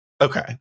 Okay